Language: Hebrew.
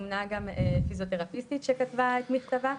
זומנה גם פיזיותרפיסטית שכתבה את מכתבה.